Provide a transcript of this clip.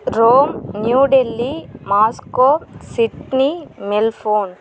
Rome New Delhi Moscow Sydney Melbourne